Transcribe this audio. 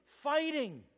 fighting